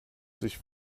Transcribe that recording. sich